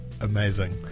amazing